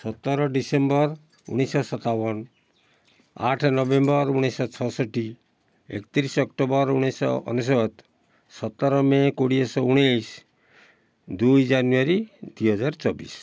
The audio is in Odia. ସତର ଡିସେମ୍ବର ଉଣେଇଶ ସତାବନ ଆଠ ନଭେମ୍ବର ଉଣେଇଶ ଛଅଷଠି ଏକତିରିଶ ଅକ୍ଟୋବର ଉଣେଇଶ ଅନେଶତ ସତର ମେ କୋଡ଼ିଏସ ଉଣେଇଶ ଦୁଇ ଜାନୁଆରୀ ଦୁଇ ହଜାର ଚବିଶ